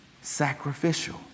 sacrificial